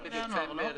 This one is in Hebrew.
1 בדצמבר 2021?